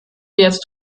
jetzt